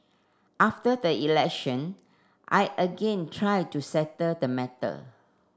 after the election I again tried to settle the matter